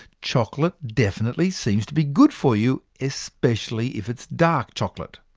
chocolate definitely seems to be good for you especially if it's dark chocolate.